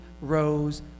rose